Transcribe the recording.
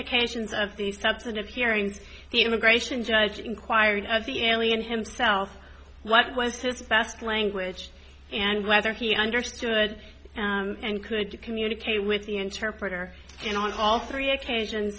occasions of the substantive hearings the immigration judge inquired of the alien himself what was his best language and whether he understood and could communicate with the interpreter in all three occasion